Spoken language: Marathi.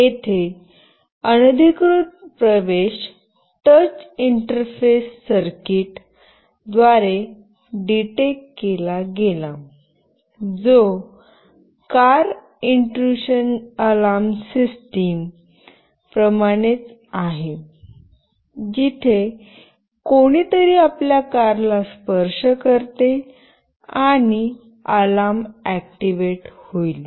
येथे अनधिकृत प्रवेश टच इंटरफेस सर्किट द्वारे डिटेक्ट केला गेला जो कार इन्ट्र्यूशन अलार्म सिस्टम प्रमाणेच आहे जिथे कोणीतरी आपल्या कार ला स्पर्श करते आणि अलार्म ऍक्टिव्हेट होईल